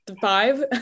five